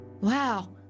Wow